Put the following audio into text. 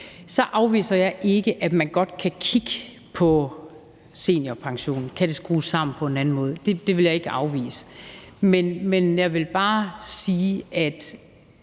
Så afviser jeg ikke, at man godt kan kigge på seniorpensionen, og om den kan skrues sammen på en anden måde. Det vil jeg ikke afvise, men jeg vil bare sige, at